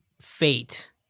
fate